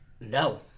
No